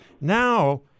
Now